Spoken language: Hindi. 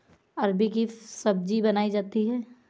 अरबी की सब्जी बनायीं जाती है